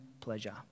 pleasure